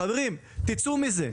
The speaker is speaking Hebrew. חברים, תצאו מזה,